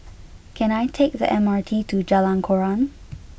can I take the M R T to Jalan Koran